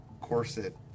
corset